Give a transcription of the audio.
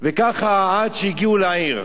וככה עד שהגיעו לעיר.